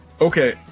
Okay